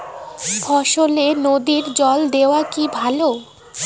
ফসলে নদীর জল দেওয়া কি ভাল?